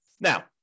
now